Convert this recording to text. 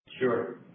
Sure